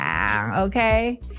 Okay